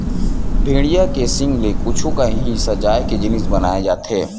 भेड़िया के सींग ले कुछु काही सजाए के जिनिस बनाए जाथे